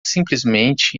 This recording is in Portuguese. simplesmente